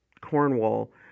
Cornwall